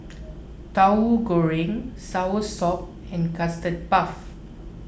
Tauhu Goreng Soursop and Custard Puff